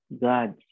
God